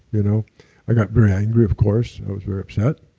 you know i got very angry, of course, i was very upset.